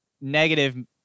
negative